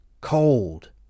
cold